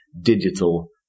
digital